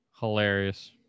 Hilarious